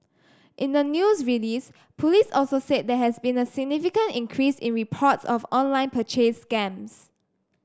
in the news release police also said there has been a significant increase in reports of online purchase scams